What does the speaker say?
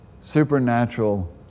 supernatural